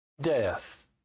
death